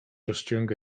rozciąga